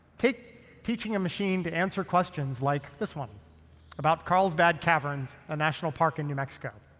take teaching a machine to answer questions like this one about carlsbad caverns, a national park in new mexico.